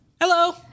Hello